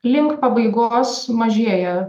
link pabaigos sumažėja